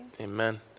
Amen